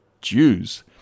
Jews